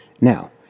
Now